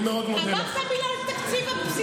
אני אשיב לך על תקומה.